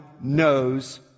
knows